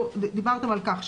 דיברתם על כך,